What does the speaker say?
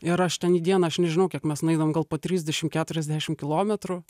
ir aš ten į dieną aš nežinau kiek mes nueidavom gal po trisdešim keturiasdešim kilometrų